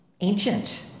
Ancient